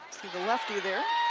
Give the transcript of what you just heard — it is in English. see the lefty there